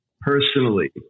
personally